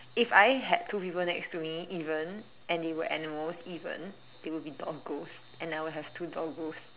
if I had two people next to me even and they were animal even they will be doggos and I will have two doggos